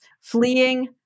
fleeing